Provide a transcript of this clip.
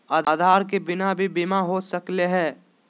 आधार के बिना भी बीमा हो सकले है?